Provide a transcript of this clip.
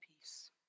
peace